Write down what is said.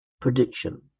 Prediction